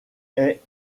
est